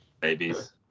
Babies